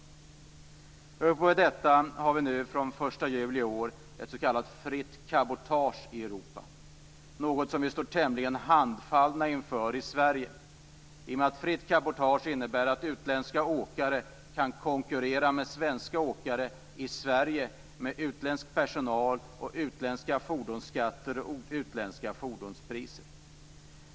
Ovanpå detta får vi den 1 juli i år ett s.k. fritt cabotage i Europa, något som vi står tämligen handfallna inför i Sverige i och med att fritt cabotage innebär att utländska åkare kan konkurrera med svenska åkare i Sverige med utländsk personal och utländska fordonsskatter och utländska fordonspriser.